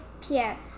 Pierre